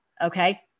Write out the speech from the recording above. Okay